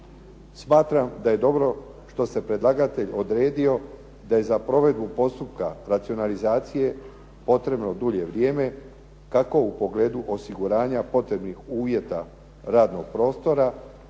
Smatram da je dobro što se predlagatelj odredio da je za provedbu postupka racionalizacije potrebno dulje vrijeme kako u pogledu osiguranja potrebnih uvjeta radnog prostora,